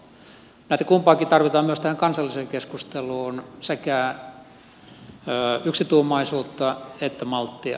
näitä kumpaakin tarvitaan myös tähän kansalliseen keskusteluun sekä yksituumaisuutta että malttia